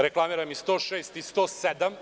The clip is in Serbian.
Reklamiram član 106. i 107.